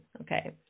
okay